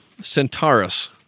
Centaurus